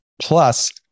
Plus